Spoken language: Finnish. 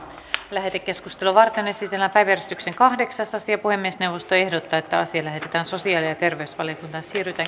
lähetekeskustelua varten esitellään päiväjärjestyksen kahdeksas asia puhemiesneuvosto ehdottaa että asia lähetetään sosiaali ja terveysvaliokuntaan